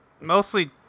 Mostly